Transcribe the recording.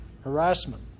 Harassment